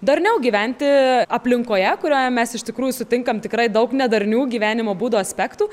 darniau gyventi aplinkoje kurioje mes iš tikrųjų sutinkam tikrai daug nedarnių gyvenimo būdo aspektų